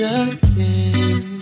again